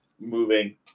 moving